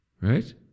right